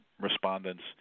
respondents